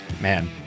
Man